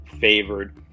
favored